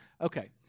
Okay